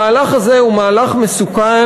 המהלך הזה הוא מהלך מסוכן,